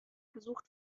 gesucht